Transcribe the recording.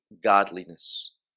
godliness